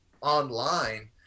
online